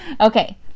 Okay